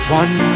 one